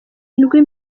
indwi